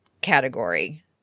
category